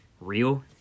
real